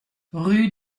rue